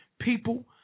people